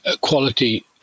quality